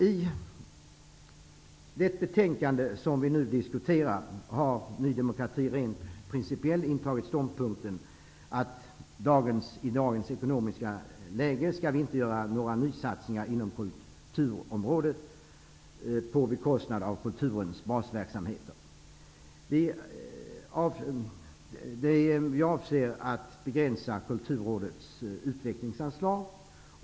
I det betänkande som vi nu diskuterar har Ny demokrati rent principiellt intagit ståndpunkten att vi i dagens ekonomiska läge inte skall göra några nysatsningar inom kulturområdet på bekostnad av kulturens basverksamheter. Vi avser att begränsa kulturrådets utvecklingsanslag.